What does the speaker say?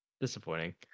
Disappointing